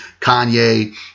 Kanye